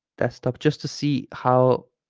desktop just to see how